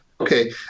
Okay